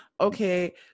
Okay